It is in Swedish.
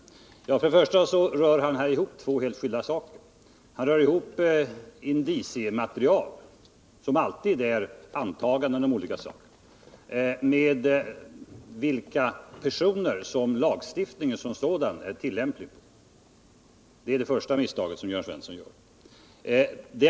För det första rör Jörn Svensson ihop två helt skilda saker. Han rör ihop begreppet indiciebevis och principen om den indirekta bevisföringen. Det är det första misstaget som Jörn Svensson gör.